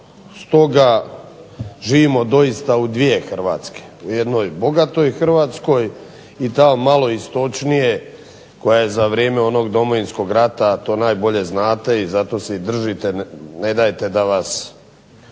stoga živimo doista u dvije Hrvatske, u jednoj bogatoj Hrvatskoj i ta malo istočnije koja je za vrijeme onog Domovinskog rata, to najbolje znate i zato se i držite nedajte da vas